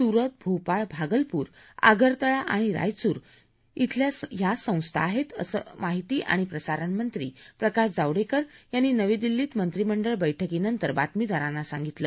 सूरत भोपाळ भागलपूर आगरतळा आणि रायचूर मधल्या या संस्था आहेत असं माहिती आणि प्रसारणमंत्री प्रकाश जावडेकर यांनी नवी दिल्लीत मंत्रिमंडळ बक्कीनंतर बातमीदारांना सांगितलं